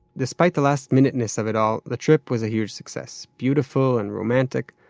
despite the last-minuteness of it all, the trip was a huge success beautiful and romantic.